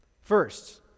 First